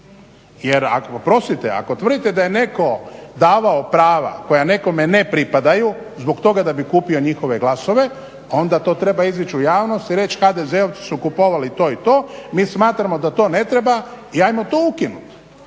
Jer oprostite, ako tvrdite da je netko davao prava koja nekome ne pripadaju zbog toga da bi kupio njihove glasove onda to treba izaći u javnost i reći HDZ-ovci su kupovali to i to, mi smatramo da to ne treba i ajmo to ukinuti.